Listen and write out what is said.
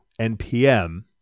NPM